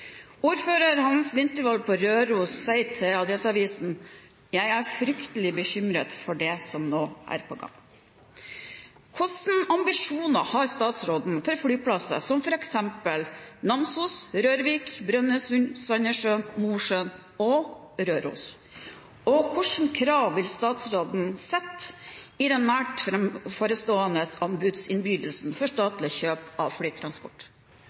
Ordfører Hans Vintervold på Røros sier til Adresseavisen: «Jeg er fryktelig bekymret for det som nå er på gang.» Hva slags ambisjoner har statsråden for flyplasser som f.eks. Namsos, Rørvik, Brønnøysund, Sandnessjøen, Mosjøen og Røros? Og hvilke krav vil statsråden sette i den nært forestående anbudsinnbydelsen for statlige kjøp av flytransport?